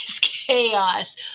chaos